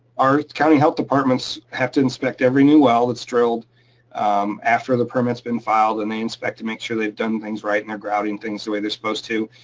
our county health departments have to inspect every new well that's drilled after the permit's been filed, and they inspect to make sure they've done things right and they're grouting things the way they're supposed to.